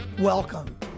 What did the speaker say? Welcome